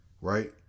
Right